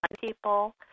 people